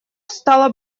стало